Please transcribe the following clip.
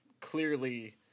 clearly